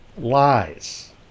lies